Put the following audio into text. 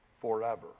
forever